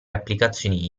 applicazioni